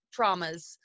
traumas